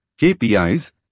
KPIs